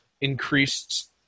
increased –